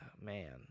Man